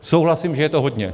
Souhlasím, že je to hodně.